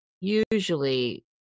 usually